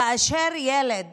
כאשר ילד